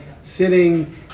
sitting